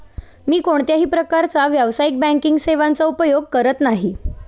मी कोणत्याही प्रकारच्या व्यावसायिक बँकिंग सेवांचा उपयोग करत नाही